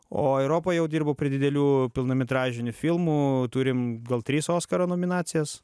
o europoj jau dirbau prie didelių pilnametražinių filmų turim gal tris oskaro nominacijas